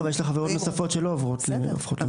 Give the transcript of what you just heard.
אבל יש עבירות נוספות שלא הופכות למינהלי.